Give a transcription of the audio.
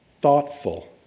thoughtful